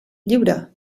lliure